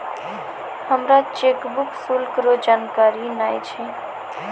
हमरा चेकबुक शुल्क रो जानकारी नै छै